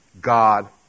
God